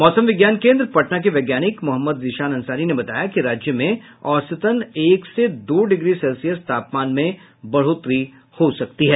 मौसम विज्ञान केन्द्र पटना के वैज्ञानिक मोहम्मद जीशान अंसारी ने बताया कि राज्य में औसतन एक से दो डिग्री सेल्सियस तापमान में बढ़ोतरी हो सकती है